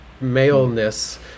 maleness